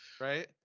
Right